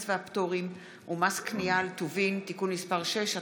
והפטורים ומס קנייה על טובין (תיקון מס' 6),